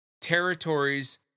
territories